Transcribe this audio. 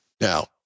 now